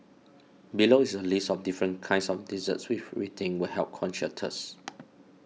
below is a list of different kinds of desserts with we think will help quench your thirst